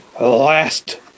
Last